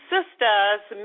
Sisters